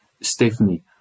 Stephanie